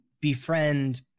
befriend